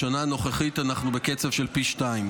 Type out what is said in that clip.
בשנה הנוכחית אנחנו בקצב של פי שניים.